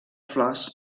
flors